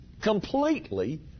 completely